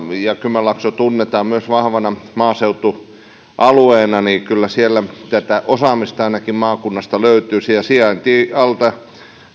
kymenlaakso tunnetaan myös vahvana maaseutualueena kyllä siellä tätä osaamista ainakin maakunnasta löytyisi ja sijainti on noin alta